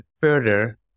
further